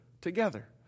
together